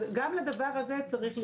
אז גם לדבר הזה צריך להתייחס.